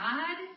God